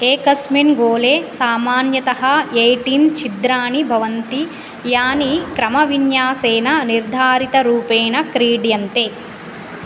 एकस्मिन् गोले सामान्यतः एय्टिन् छिद्राणि भवन्ति यानि क्रमविन्यासेन निर्धारितरूपेण क्रीड्यन्ते